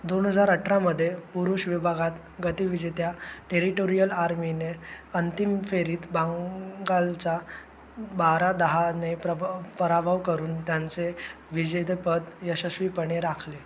दोन हजार अठरामध्ये पुरुष विभागात गतविजेत्या टेरिटोरियल आर्मीने अंतिम फेरीत बंगालचा बारा दहाने प्रभ पराभव करून त्यांचे विजेतेपद यशस्वीपणे राखले